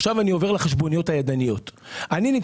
עכשיו אני עובר לחשבוניות הידניות.